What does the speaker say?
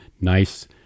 nice